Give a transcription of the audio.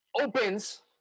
opens